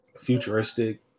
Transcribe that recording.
futuristic